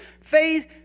Faith